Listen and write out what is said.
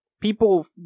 People